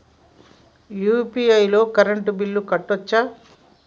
UPI తోని current bill కట్టుకోవచ్ఛా?